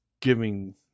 giving